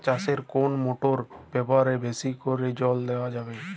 চাষে কোন মোটর ব্যবহার করলে বেশী করে জল দেওয়া যাবে?